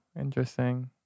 interesting